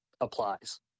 applies